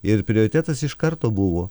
ir prioritetas iš karto buvo